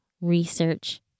research